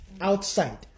outside